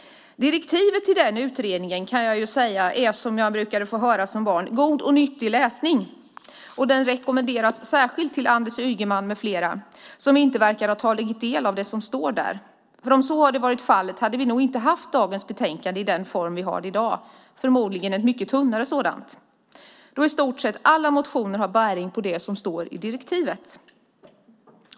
Direktivet till utredningen är som jag brukade få höra som barn "god och nyttig läsning". Den rekommenderas särskilt till Anders Ygeman med flera som inte verkar ha tagit del av det som står där, för om så hade varit fallet hade vi nog inte haft dagens betänkande i den form vi har utan förmodligen ett mycket tunnare sådant då i stort sett alla motioner har bäring på det som står i direktivet.